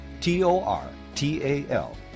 T-O-R-T-A-L